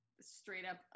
straight-up